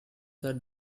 that